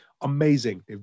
amazing